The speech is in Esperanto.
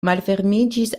malfermiĝis